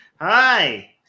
Hi